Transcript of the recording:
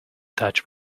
touch